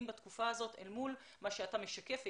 בתקופה הזאת אל מול מה שאתה משקף היטב,